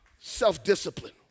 Self-discipline